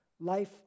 life